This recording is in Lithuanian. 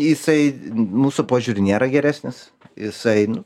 jisai mūsų požiūriu nėra geresnis jisai nu